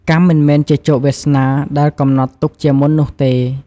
កម្មមិនមែនជាជោគវាសនាដែលកំណត់ទុកជាមុននោះទេ។